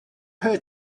her